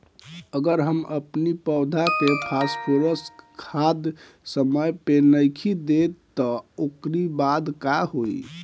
अगर हम अपनी पौधा के फास्फोरस खाद समय पे नइखी देत तअ ओकरी बाद का होई